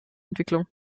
entwicklung